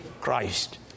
Christ